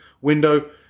window